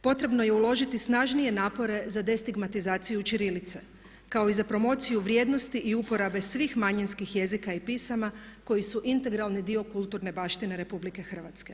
Potrebno je uložiti snažnije napore za destigmatizaciju ćirilice kao i za promociju vrijednosti i uporabe svih manjinskih jezika i pisama koji su integralni dio kulturne baštine RH.